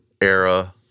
era